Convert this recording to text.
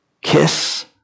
Kiss